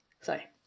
sorry